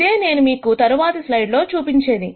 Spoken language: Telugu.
ఇదే నేను మీకు తర్వాతస్లైడ్ లో చూపించేది